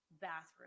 bathroom